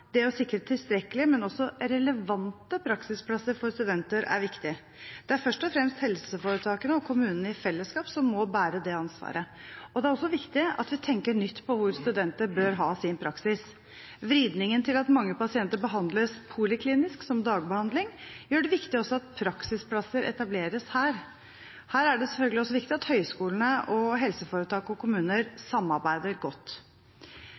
viktig å sikre tilstrekkelige, men også relevante praksisplasser for studenter. Det er først og fremst helseforetakene og kommunene i fellesskap som må bære dette ansvaret, og det er også viktig at vi tenker nytt om hvor studenter bør ha sin praksis. Vridningen mot at mange pasienter behandles poliklinisk som dagbehandling, gjør det også viktig at praksisplasser etableres her. Her er det selvfølgelig viktig at høyskolene og helseforetak og kommuner samarbeider godt.